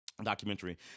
documentary